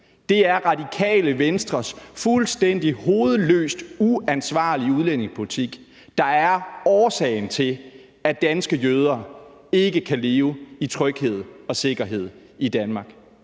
Det er Radikale Venstres fuldstændig hovedløst uansvarlige udlændingepolitik, der er årsagen til, at danske jøder ikke kan leve i tryghed og sikkerhed i Danmark.